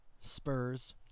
Spurs